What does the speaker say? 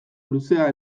luzea